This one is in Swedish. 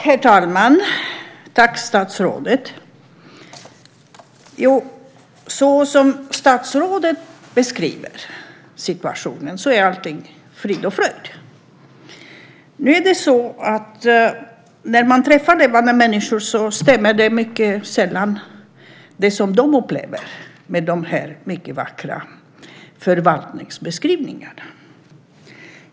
Herr talman! Tack statsrådet! Såsom statsrådet beskriver situationen är allting frid och fröjd. När man träffar levande människor stämmer det som de upplever mycket sällan med de här mycket vackra förvaltningsbeskrivningarna.